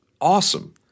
awesome